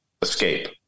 escape